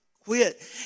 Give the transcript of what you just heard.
Quit